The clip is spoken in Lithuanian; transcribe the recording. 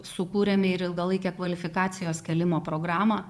sukūrėme ir ilgalaikę kvalifikacijos kėlimo programą